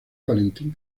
valentín